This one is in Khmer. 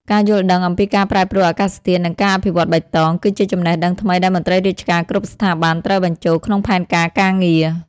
ការយល់ដឹងអំពីការប្រែប្រួលអាកាសធាតុ និងការអភិវឌ្ឍបៃតង គឺជាចំណេះដឹងថ្មីដែលមន្ត្រីរាជការគ្រប់ស្ថាប័នត្រូវបញ្ចូលក្នុងផែនការការងារ។